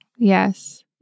Yes